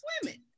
swimming